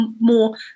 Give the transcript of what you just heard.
more